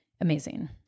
amazing